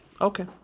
Okay